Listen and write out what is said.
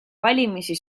valimisi